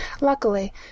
Luckily